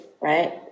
right